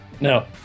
No